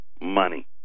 money